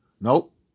nope